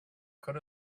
could